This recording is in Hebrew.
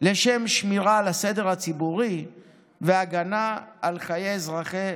לשם שמירה על הסדר הציבורי והגנה על חיי אזרחי